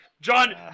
John